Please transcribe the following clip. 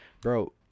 bro